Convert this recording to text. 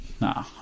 Nah